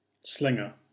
Slinger